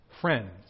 Friends